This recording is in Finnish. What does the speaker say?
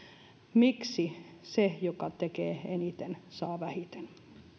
miksi se joka tekee eniten saa vähiten